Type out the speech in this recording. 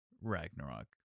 Ragnarok